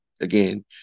again